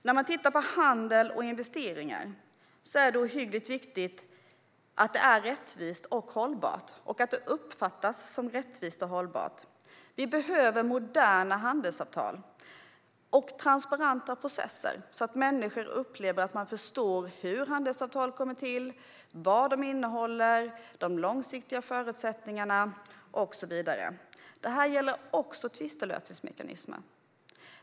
När det gäller handel och investeringar är det ohyggligt viktigt att den är rättvis och hållbar och att den uppfattas som det. Vi behöver moderna handelsavtal och transparenta processer för att människor ska förstå hur handelsavtal kommer till, vad de innehåller, långsiktiga förutsättningar och så vidare. Detta gäller också tvistlösningsmekanismen.